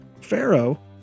Pharaoh